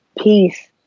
peace